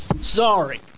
Sorry